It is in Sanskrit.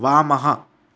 वामः